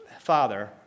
Father